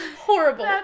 horrible